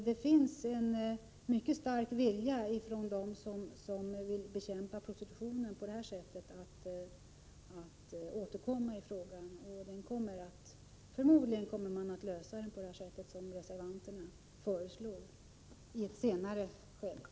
De som vill bekämpa prostitutionen har en mycket stark vilja och har för avsikt att återkomma i frågan. Förmodligen kommer den i ett senare skede att lösas på det sätt som reservanterna föreslår.